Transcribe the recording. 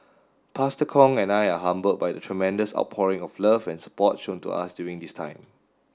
Pastor Kong and I are humbled by the tremendous outpouring of love and support shown to us during this time